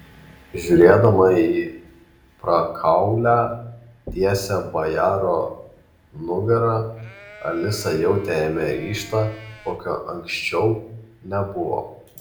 žiūrėdama į prakaulią tiesią bajaro nugarą alisa jautė jame ryžtą kokio anksčiau nebuvo